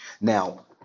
Now